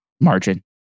margin